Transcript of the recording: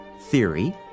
theory